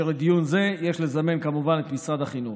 ולדיון זה יש לזמן כמובן את משרד החינוך.